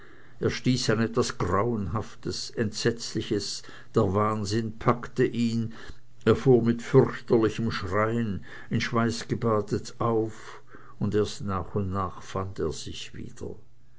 er stieß an etwas grauenhaftes entsetzliches der wahnsinn packte ihn er fuhr mit fürchterlichem schreien in schweiß gebadet auf und erst nach und nach fand er sich wieder